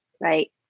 right